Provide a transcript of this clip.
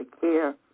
care